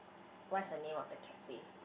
what's the name of the cafe